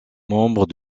membre